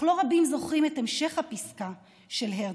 אך לא רבים זוכרים את המשך הפסקה של הרצל: